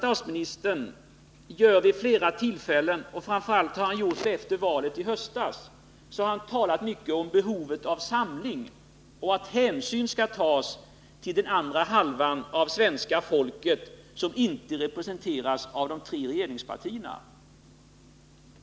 Statsministern har vid flera tillfällen, framför allt efter valet i höstas, talat mycket om behovet av samling och hänsyn till den andra halva av svenska folket som inte representeras av de tre regeringspartierna.